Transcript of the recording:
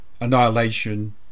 Annihilation